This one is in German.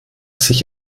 sich